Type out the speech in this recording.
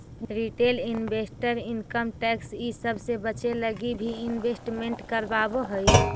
retail investor income tax इ सब से बचे लगी भी इन्वेस्टमेंट करवावऽ हई